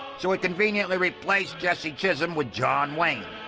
so it conveniently replaced jesse chisholm with john wayne.